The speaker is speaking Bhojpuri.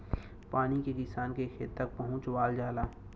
पानी के किसान के खेत तक पहुंचवाल जाला